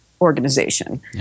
Organization